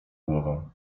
głową